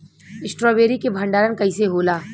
Strawberry के भंडारन कइसे होला?